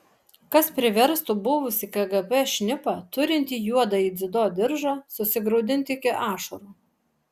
kas priverstų buvusį kgb šnipą turintį juodąjį dziudo diržą susigraudinti iki ašarų